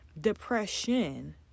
depression